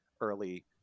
early